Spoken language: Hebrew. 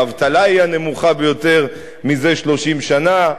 האבטלה היא הנמוכה ביותר מזה 30 שנה,